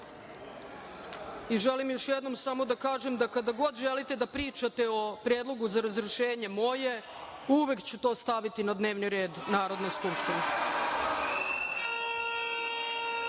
još jednom samo da kažem da kada god želite da pričate o predlogu za razrešenje moje, uvek ću to staviti na dnevni red Narodne skupštine. Narodni